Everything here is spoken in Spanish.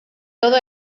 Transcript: todo